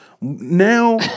now